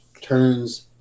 turns